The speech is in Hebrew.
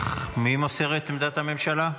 מי מוסר את עמדת הממשלה?